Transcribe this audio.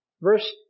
Verse